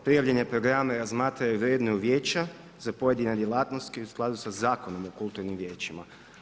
Prijavljene programe razmatraju i vrednuju vijeća za pojedine djelatnosti u skladu sa Zakonom o kulturnim vijećima.